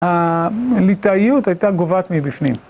הליטאיות הייתה גוועת מבפנים.